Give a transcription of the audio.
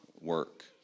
work